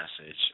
message